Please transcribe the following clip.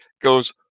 goes